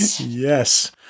Yes